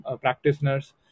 practitioners